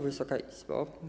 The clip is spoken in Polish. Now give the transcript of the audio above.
Wysoka Izbo!